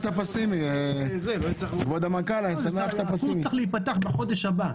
הקורס אמור להיפתח בחודש הבא.